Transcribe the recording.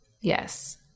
Yes